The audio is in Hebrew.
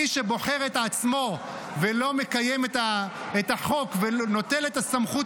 מי שבוחר את עצמו ולא מקיים את החוק ונוטל את הסמכות